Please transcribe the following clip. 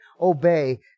obey